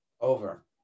Over